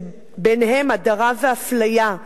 שביניהם הדרה ואפליה.